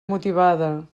motivada